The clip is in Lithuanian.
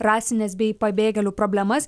rasines bei pabėgėlių problemas